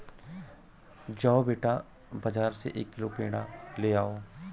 जाओ बेटा, बाजार से एक किलो पेड़ा ले आओ